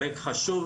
פרק חשוב,